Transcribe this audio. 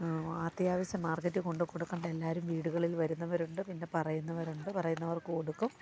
അത്യാവശ്യം മാർക്കറ്റിൽ കൊണ്ടുകൊടുക്കേണ്ട എല്ലാരും വീടുകളിൽ വരുന്നവരുണ്ട് പിന്നെ പറയുന്നവരുണ്ട് പറയുന്നവർക്ക് കൊടുക്കും